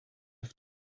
have